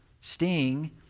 sting